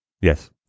Yes